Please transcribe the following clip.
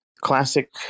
classic